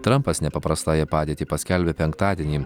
trampas nepaprastąją padėtį paskelbė penktadienį